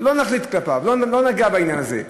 לא נחליט לגביו, לא ניגע בעניין הזה.